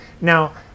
now